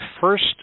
first